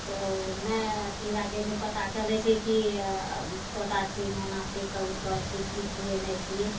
तऽ नहि अथी लागय छै पता चलय छै कि तोता छियै मैना छियै कबूतर छियै की छियै नहि छियै